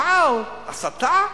אבל הסתה?